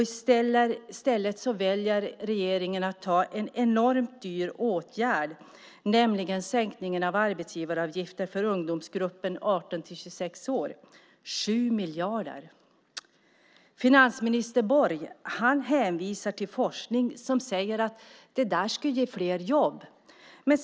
I stället väljer regeringen att vidta en enormt dyr åtgärd, nämligen sänkningen av arbetsgivaravgiften för ungdomsgruppen 18-26 år, 7 miljarder. Finansminister Borg hänvisar till forskning som säger att det ska ge fler jobb.